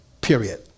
period